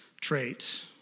trait